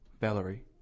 Valerie